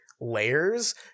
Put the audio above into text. layers